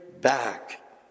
Back